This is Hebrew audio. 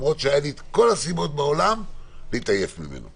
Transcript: למרות שהיו לי את כל הסיבות בעולם להתעייף ממנו,